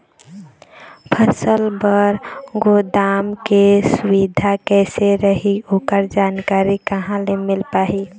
फसल बर गोदाम के सुविधा कैसे रही ओकर जानकारी कहा से मिल पाही?